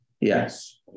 Yes